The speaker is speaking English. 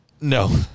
no